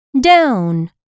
down